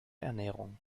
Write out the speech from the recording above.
ernährung